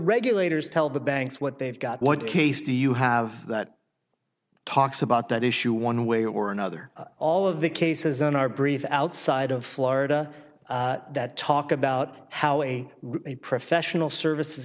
regulators tell the banks what they've got what case do you have that talks about that issue one way or another all of the cases in our brief outside of florida that talk about how a professional services